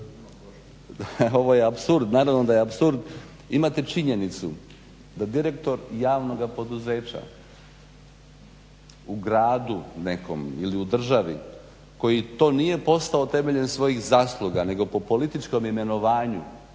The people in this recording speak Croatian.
ovo je apsurd, naravno da je apsurd. Imate činjenicu da direktor javnoga poduzeća u gradu nekom ili u državi koji to nije postao temeljem svojih zasluga nego po političkom imenovanju,